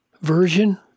version